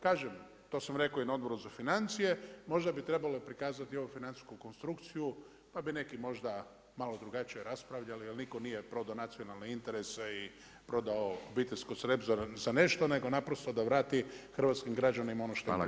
Kažem, to sam rekao i na Odboru za financije, možda bi trebalo prikazati ovu financijsku konstrukciju pa bi neki možda malo drugačije raspravljali jer nitko nije prodao nacionalne interese, prodao obiteljsko srebro za nešto, nego naprosto da vrati hrvatskim građanima ono što im pripada.